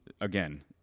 again